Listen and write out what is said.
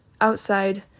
outside